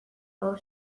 aho